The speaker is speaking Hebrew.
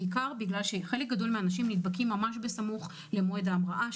בעיקר משום שחלק גדול מהאנשים נדבקים סמוך למועד ההמראה